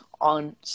on